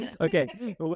Okay